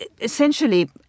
essentially